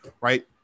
right